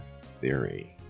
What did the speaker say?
Theory